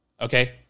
okay